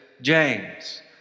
James